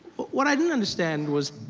what i didn't understand was,